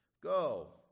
Go